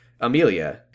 Amelia